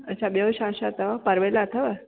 अच्छा ॿियो छा छा अथव परवेल अथव